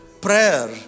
Prayer